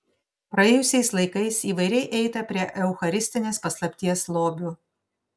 praėjusiais laikais įvairiai eita prie eucharistinės paslapties lobių